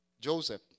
Joseph